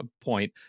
point